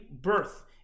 birth